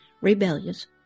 rebellious